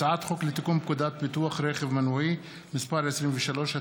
הצעת חוק לתיקון פקודת ביטוח רכב מנועי (מס' 23),